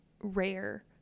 rare